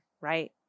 right